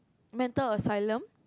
mental asylum